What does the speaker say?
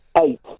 Eight